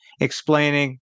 explaining